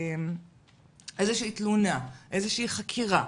איזושהי תלונה, איזושהי חקירה?